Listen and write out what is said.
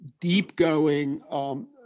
deep-going